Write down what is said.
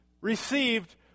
received